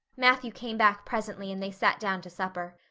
matthew came back presently and they sat down to supper.